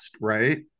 right